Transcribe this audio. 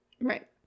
Right